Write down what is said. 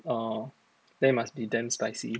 orh then must be damn spicy